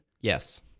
Yes